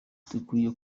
hakwiye